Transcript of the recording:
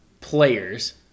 players